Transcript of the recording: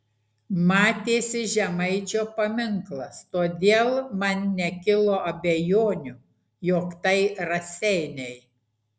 matėsi žemaičio paminklas todėl man nekilo abejonių jog tai raseiniai